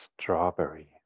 strawberry